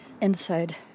inside